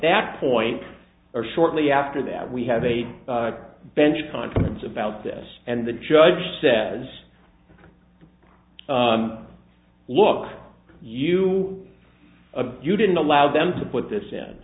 that point or shortly after that we have a bench conference about this and the judge says look you you didn't allow them to put this